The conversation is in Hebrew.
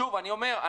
אני אומר שוב,